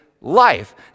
life